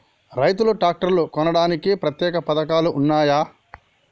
రైతులు ట్రాక్టర్లు కొనడానికి ప్రత్యేక పథకాలు ఉన్నయా?